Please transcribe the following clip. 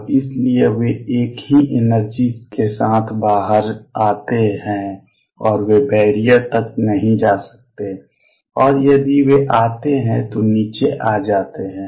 और इसलिए वे एक ही एनर्जी के साथ बाहर आते हैं और वे बैरियर तक नहीं जा सकते हैं और यदि वे आते हैं तो नीचे आ जाते हैं